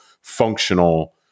functional –